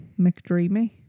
McDreamy